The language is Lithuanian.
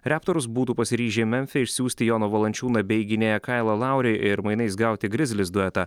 reptors būtų pasiryžę į memfį išsiųsti joną valančiūną bei gynėją kailą laurį ir mainais gauti grizlis duetą